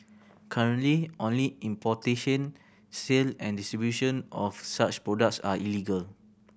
currently only importation sale and distribution of such products are illegal